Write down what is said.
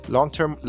Long-term